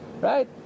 Right